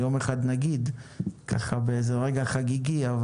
יום אחד נאמר ונעשה זאת באיזה רגע חגיגי.